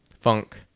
funk